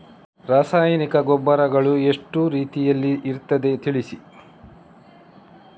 ರಾಸಾಯನಿಕ ಗೊಬ್ಬರಗಳು ಎಷ್ಟು ರೀತಿಯಲ್ಲಿ ಇರ್ತದೆ ತಿಳಿಸಿ?